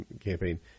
campaign